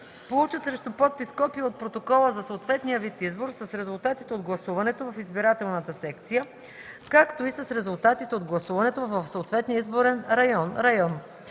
получат срещу подпис копие от протокола за съответния вид избор с резултатите от гласуването в избирателната секция, както и с резултатите от гласуването в съответния изборен район